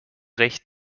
recht